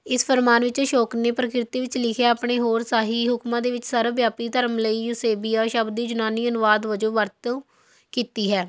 ਇਸ ਫ਼ਰਮਾਨ ਵਿੱਚ ਅਸ਼ੋਕ ਨੇ ਪ੍ਰਾਕ੍ਰਿਤੀ ਵਿੱਚ ਲਿਖੇ ਆਪਣੇ ਹੋਰ ਸਾਹੀ ਹੁਕਮਾਂ ਦੇ ਵਿਚ ਸਰਵ ਵਿਆਪੀ ਧਰਮ ਲਈ ਯੂਸੇਬੀਆ ਸ਼ਬਦ ਦੀ ਯੂਨਾਨੀ ਅਨੁਵਾਦ ਵਜੋਂ ਵਰਤੋਂ ਕੀਤੀ ਹੈ